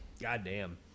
goddamn